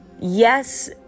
Yes